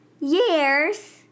years